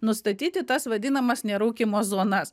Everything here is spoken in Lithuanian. nustatyti tas vadinamas nerūkymo zonas